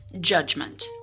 Judgment